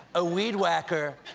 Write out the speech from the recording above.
a weed-whacker,